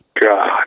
God